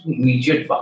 immediate